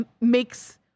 makes